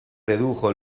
redujo